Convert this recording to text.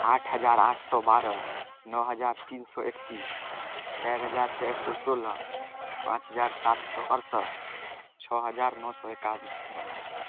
आठ हजार आठ सौ बारह नओ हजार तीन सौ एकतिस चारि हजार चारि सओ सोलह पाँच हजार सात सओ अड़सठि छओ हजार नओ सओ एकावन